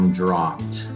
dropped